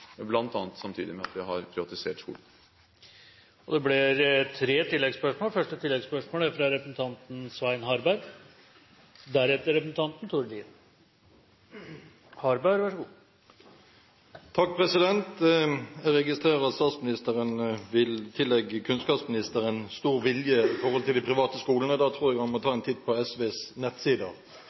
med at de har privatisert skolen. Det blir tre oppfølgingsspørsmål – først Svein Harberg. Jeg registrerer at statsministeren vil tillegge kunnskapsministeren stor vilje når det gjelder de private skolene. Da tror jeg han må ta en titt på SVs